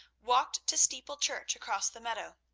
walked to steeple church across the meadow.